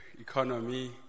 economy